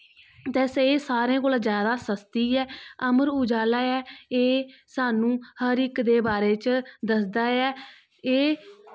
ते एह् सारें कोला दा सस्ती ऐ अमर उज़ाला ऐ एह् हर इक दे बारे च दसदा ऐ एह्